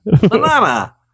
Banana